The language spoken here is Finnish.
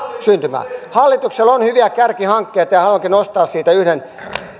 syntymään hallituksella on hyviä kärkihankkeita ja haluankin nostaa siitä yhden